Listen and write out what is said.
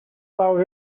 lawr